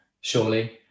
surely